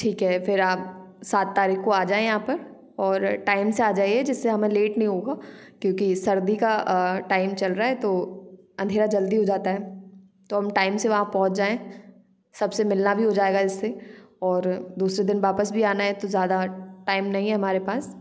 ठीक है फिर आप सात तारीख को आ जाएं यहाँ पर और टाइम से आजाइए जिससे हमें लेट नहीं होगा क्योंकि सर्दी का अ टाइम चल रहा है तो अंधेरा जल्दी हो जाता है तो हम टाइम से वहाँ पहुँच जाएं सबसे मिलना भी हो जाएगा इससे और दूसरे दिन वापस भी आना है तो ज्यादा टाइम नहीं है हमारे पास